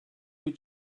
bir